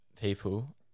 people